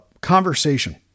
conversation